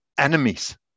enemies